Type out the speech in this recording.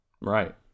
Right